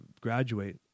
graduate